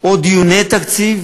או דיוני תקציב